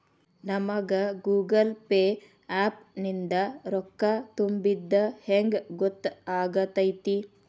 ನಮಗ Google Pay app ನಿಂದ ರೊಕ್ಕಾ ತುಂಬಿದ್ದ ಹೆಂಗ್ ಗೊತ್ತ್ ಆಗತೈತಿ?